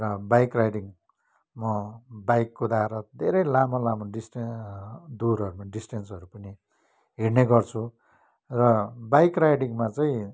र bike riding म bike कुदाएर धेरै लामो लामो डिस्टे दुरहरू डिस्टेन्सहरू पनि हिँड्ने गर्छु र बाइक राइडिङमा चाहिँ